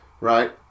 Right